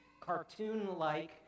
cartoon-like